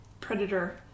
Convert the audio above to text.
predator